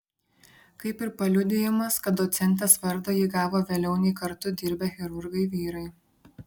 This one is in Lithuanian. kaip ir paliudijimas kad docentės vardą ji gavo vėliau nei kartu dirbę chirurgai vyrai